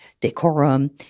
decorum